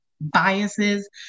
biases